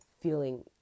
feeling